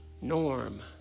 norm